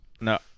No